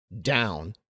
down